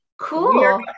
Cool